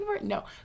No